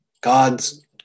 God's